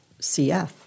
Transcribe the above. CF